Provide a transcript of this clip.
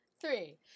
three